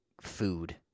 food